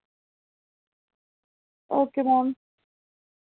okay ma'am